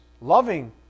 loving